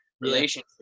relationship